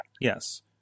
Yes